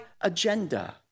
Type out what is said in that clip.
agenda